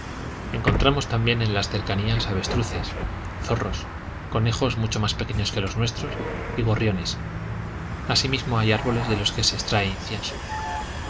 encontramos también en las cercanías avestruces zorros conejos mucho más pequeños que los nuestros y gorriones asimismo hay árboles de los que se extrae incienso